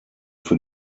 für